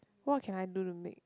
what can I do to make